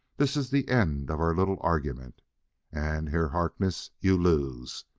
this is the end of our little argument and, herr harkness, you lose.